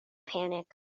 panic